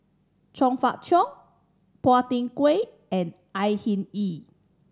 Chong Fah Cheong Phua Thin Kiay and Au Hing Yee